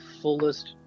fullest